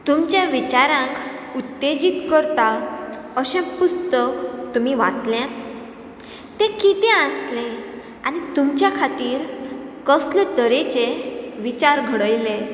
तुमच्या विचारांक उत्तेजीत करता अशें पुस्तक तुमी वाचल्यात तें कितें आसलें आनी तुमच्या खातीर कसले तरेचे विचार घडयले